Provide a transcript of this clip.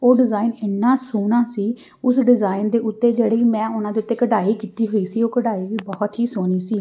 ਉਹ ਡਿਜ਼ਾਇਨ ਇੰਨਾ ਸੋਹਣਾ ਸੀ ਉਸ ਡਿਜ਼ਾਇਨ ਦੇ ਉੱਤੇ ਜਿਹੜੀ ਮੈਂ ਉਹਨਾਂ ਦੇ ਉੱਤੇ ਕਢਾਈ ਕੀਤੀ ਹੋਈ ਸੀ ਉਹ ਕਢਾਈ ਵੀ ਬਹੁਤ ਹੀ ਸੋਹਣੀ ਸੀ